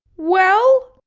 well?